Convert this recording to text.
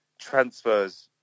transfers